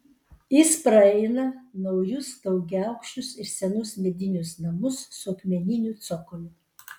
jis praeina naujus daugiaaukščius ir senus medinius namus su akmeniniu cokoliu